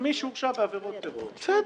מי שהורשע בעבירות טרור --- בסדר.